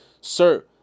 sir